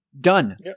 Done